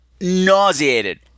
nauseated